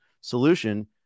solution